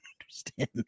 understand